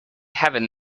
heaven